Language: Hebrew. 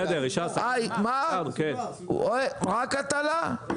רק הטלה,